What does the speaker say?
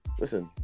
listen